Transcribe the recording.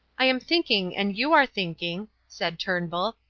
i am thinking and you are thinking, said turnbull,